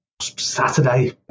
Saturday